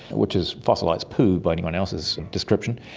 which is fossilised poo by anyone else's description,